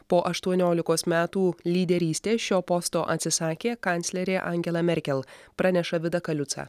po aštuoniolikos metų lyderystės šio posto atsisakė kanclerė angela merkel praneša vida kaliuca